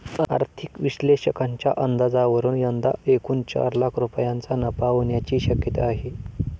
आर्थिक विश्लेषकांच्या अंदाजावरून यंदा एकूण चार लाख रुपयांचा नफा होण्याची शक्यता आहे